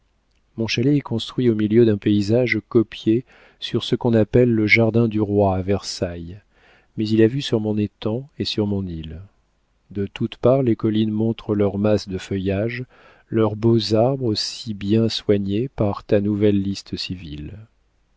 mon chalet est construit au milieu d'un paysage copié sur ce qu'on appelle le jardin du roi à versailles mais il a vue sur mon étang et sur mon île de toutes parts les collines montrent leurs masses de feuillage leurs beaux arbres si bien soignés par ta nouvelle liste civile